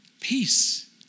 Peace